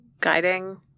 guiding